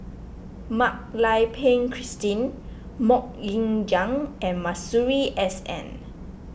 Mak Lai Peng Christine Mok Ying Jang and Masuri S N